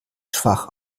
schwach